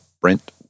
Brent